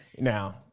now